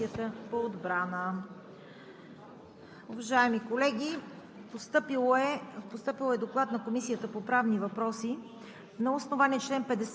вх. № 003-09-72-75 и са предоставени на Комисията по отбрана.